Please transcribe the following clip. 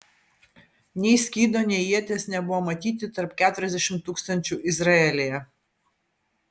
nei skydo nei ieties nebuvo matyti tarp keturiasdešimt tūkstančių izraelyje